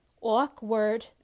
Awkward